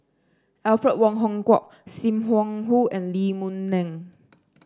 Alfred Wong Hong Kwok Sim Wong Hoo and Lee Boon Ngan